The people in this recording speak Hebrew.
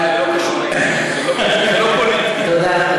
אבל, זה לא קשור לזה.